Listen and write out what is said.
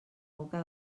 boca